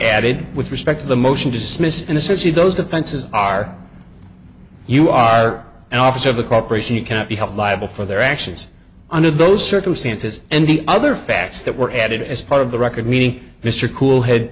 added with respect to the motion to dismiss and this is he those defenses are you are an officer of a corporation you cannot be helped liable for their actions under those circumstances and the other facts that were added as part of the record meeting mr cool head